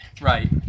Right